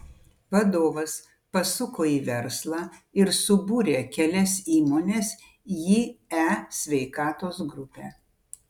vadovas pasuko į verslą ir subūrė kelias įmones į e sveikatos grupę